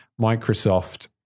Microsoft